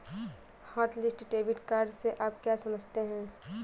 Hotlist debit card से आप क्या समझते हैं?